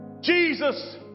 Jesus